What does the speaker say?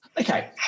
okay